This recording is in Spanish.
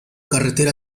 carretera